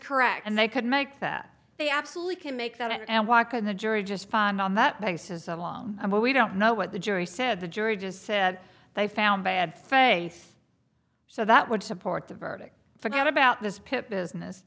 correct and they could make that they absolutely can make that and walk on the jury just fine on that basis alone and we don't know what the jury said the jury just said they found bad face so that would support the verdict forget about this pip business